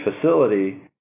facility